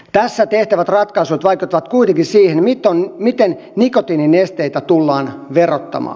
tässä tehtävät ratkaisut vaikuttavat kuitenkin siihen miten nikotiininesteitä tullaan verottamaan